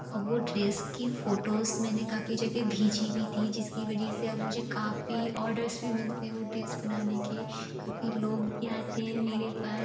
और वो ड्रेस की फोटोस मैंने काफ़ी जगह भेजी भी थी जिसकी वजह से अब मुझे काफ़ी ऑडर्स भी मिलते हैं वो डेस बनाने के काफ़ी लोग भी आते हैं मेरे पास